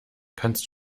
kannst